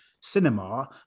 cinema